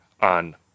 on